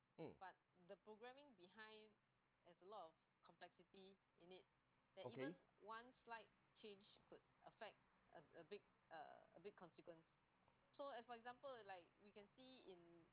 mm okay